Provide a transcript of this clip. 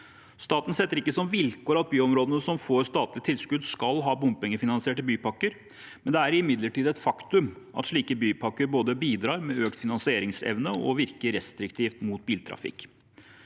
Staten setter ikke som vilkår at byområdene som får statlig tilskudd, skal ha bompengefinansierte bypakker, men det er imidlertid et faktum at slike bypakker både bidrar med økt finansieringsevne og virker restriktivt mot biltrafikk.